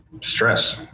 stress